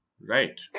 Right